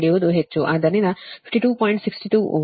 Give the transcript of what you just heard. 62 ohm